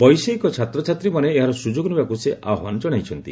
ବୈଷୟିକ ଛାତ୍ରଛାତ୍ରୀମାନେ ଏହାର ସୁଯୋଗ ନେବାକୁ ସେ ଆହ୍ପାନ ଜଣାଇଛନ୍ତି